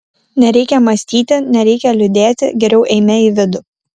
nereikia mąstyti nereikia liūdėti geriau eime į vidų